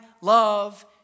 love